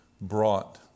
brought